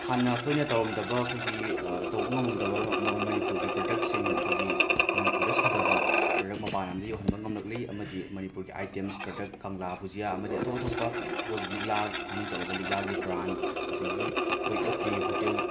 ꯍꯥꯟꯅ ꯑꯩꯈꯣꯏꯅ ꯇꯧꯔꯝꯗꯕ ꯑꯩꯈꯣꯏꯒꯤ ꯇꯧꯕ ꯉꯃꯝꯗꯕ ꯃ ꯃꯅꯤꯄꯨꯔꯒꯤ ꯄꯔꯗꯛꯁꯤꯡ ꯑꯩꯈꯣꯏꯒꯤ ꯃꯅꯤꯄꯨꯔꯗ ꯁꯥꯖꯕ ꯄꯔꯗꯛ ꯃꯄꯥꯟ ꯂꯝꯗ ꯌꯧꯍꯟꯕ ꯉꯝꯂꯛꯂꯤ ꯑꯃꯗꯤ ꯃꯅꯤꯄꯨꯔꯒꯤ ꯑꯥꯏꯇꯦꯝꯁ ꯄꯔꯗꯛ ꯀꯪꯂꯥ ꯕꯨꯖꯤꯌꯥ ꯑꯃꯗꯤ ꯑꯇꯣꯞ ꯑꯇꯣꯞꯄ ꯑꯩꯈꯣꯏꯒꯤ ꯂꯤꯛꯂꯥꯒꯤ ꯃꯃꯤꯡ ꯆꯠꯂꯕ ꯂꯤꯛꯂꯥꯒꯤ ꯕ꯭ꯔꯥꯟ ꯑꯗꯒꯤ ꯑꯩꯈꯣꯏꯒꯤ ꯑꯣ ꯀꯦ ꯍꯣꯇꯦꯜ